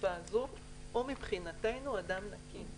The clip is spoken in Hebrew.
בתקופה הזאת, הוא מבחינתנו אדם נקי.